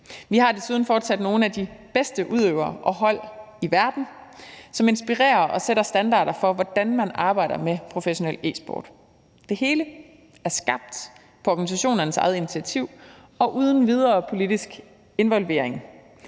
Vi har desuden fortsat nogle af de bedste udøvere og hold i verden, som inspirerer og sætter standarder for, hvordan man arbejder med professionel e-sport. Det hele er skabt på organisationernes egne initiativer og uden videre politisk involvering.